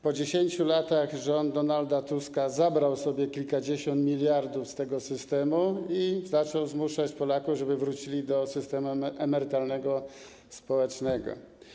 Po 10 latach rząd Donalda Tuska zabrał sobie kilkadziesiąt miliardów z tego systemu i zaczął zmuszać Polaków do tego, żeby wrócili do systemu emerytalnego społecznego.